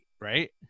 right